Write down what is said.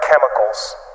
chemicals